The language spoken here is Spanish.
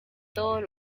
todos